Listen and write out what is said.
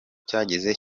cyagize